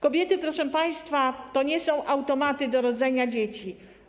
Kobiety, proszę państwa, to nie są automaty do rodzenia dzieci.